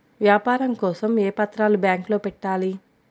వ్యాపారం కోసం ఏ పత్రాలు బ్యాంక్లో పెట్టాలి?